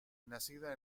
nacida